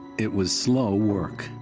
it was slow work.